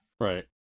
Right